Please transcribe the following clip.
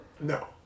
No